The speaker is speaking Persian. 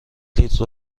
لیتر